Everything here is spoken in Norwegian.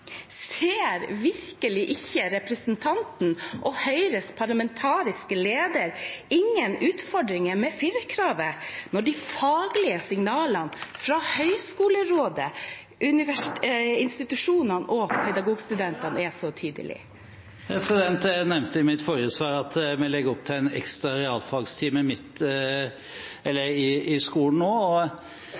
Ser virkelig ikke representanten og Høyres parlamentariske leder noen utfordringer med firerkravet, når de faglige signalene fra Universitets- og høgskolerådet, institusjonene og pedagogstudentene er så tydelige? Jeg nevnte i mitt forrige svar at vi legger opp til en ekstra realfagstime i skolen nå.